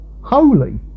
holy